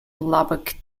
lubbock